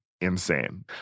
insane